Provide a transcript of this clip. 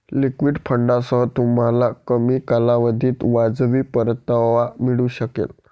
liquid फंडांसह, तुम्हाला कमी कालावधीत वाजवी परतावा मिळू शकेल